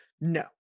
no